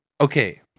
okay